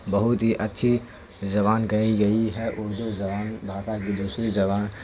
بہت ہی اچھی زبان کہی گئی ہے اردو زبان بھاشا کی دوسری زبان